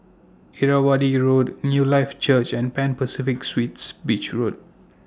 Irrawaddy Road Newlife Church and Pan Pacific Suites Beach Road